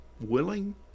willing